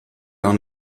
gar